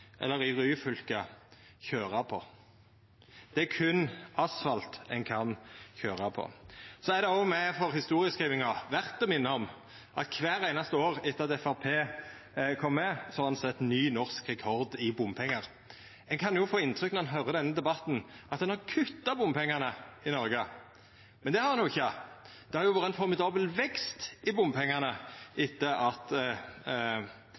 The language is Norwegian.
i Ryfylke køyra på. Det er berre asfalt ein kan køyra på. Så er det òg meir for historieskrivinga verdt å minna om at kvart einaste år etter at Framstegspartiet kom med, har ein sett ny norsk rekord i bompengar. Når ein høyrer denne debatten, kan ein få inntrykk av at ein har kutta bompengane i Noreg, men det har ein jo ikkje. Det har jo vore ein formidabel vekst i bompengane etter at